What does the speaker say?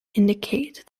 indicate